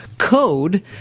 Code